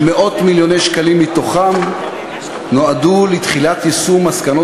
שמאות-מיליוני שקלים מתוכם נועדו לתחילת יישום מסקנות